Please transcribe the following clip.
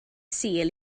sul